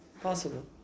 possible